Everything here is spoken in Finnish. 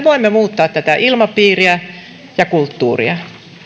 voimme muuttaa tätä ilmapiiriä ja kulttuuria